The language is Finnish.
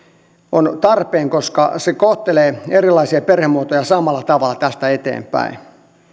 on tarpeen koska se kohtelee erilaisia perhemuotoja samalla tavalla tästä eteenpäin